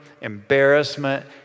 embarrassment